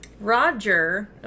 Roger